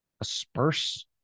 Asperse